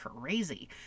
crazy